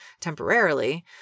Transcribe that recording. temporarily